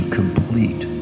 complete